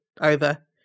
over